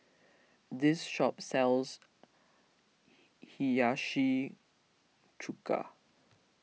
this shop sells Hiyashi Chuka